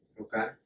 Okay